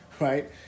right